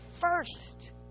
first